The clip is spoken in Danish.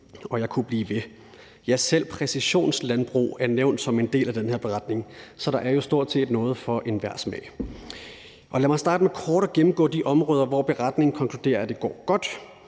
og jeg kunne blive ved. Ja, selv præcisionslandbrug er nævnt som en del af den her redegørelse, så der er jo stort set noget for enhver smag. Lad mig starte med kort at gennemgå de områder, hvor redegørelsen konkluderer, at det går godt